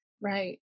Right